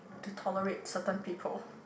to tolerate certain people